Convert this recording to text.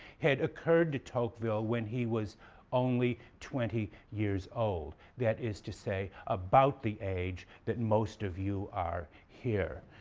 had occurred to tocqueville when he was only twenty years old, that is to say about the age that most of you are here.